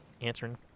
answering